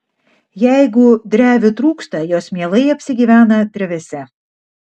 jeigu drevių trūksta jos mielai apsigyvena drevėse